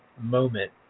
moment